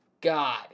God